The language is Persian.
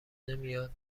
نمیاد